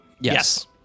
Yes